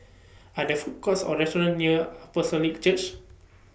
Are There Food Courts Or restaurants near Apostolic Church